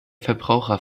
verbraucher